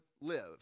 live